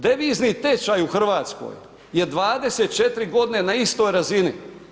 Devizni tečaj u Hrvatskoj je 24 godine na istoj razini.